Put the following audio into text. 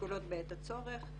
ששקולות בעת הצורך.